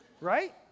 right